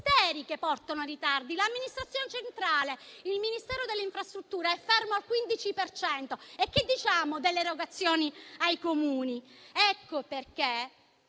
che portano a ritardi e l'amministrazione centrale. Il Ministero delle infrastrutture è fermo al 15 per cento e che diciamo delle erogazioni ai Comuni? Ecco perché